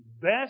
best